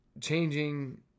changing